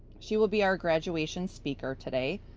she will be our graduation speaker today.